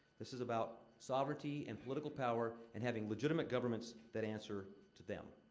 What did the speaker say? this is about sovereignty and political power and having legitimate governments that answer to them.